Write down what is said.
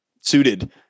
suited